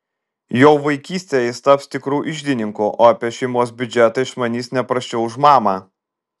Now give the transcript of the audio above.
jau vaikystėje jis taps tikru iždininku o apie šeimos biudžetą išmanys ne prasčiau už mamą